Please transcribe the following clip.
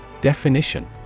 Definition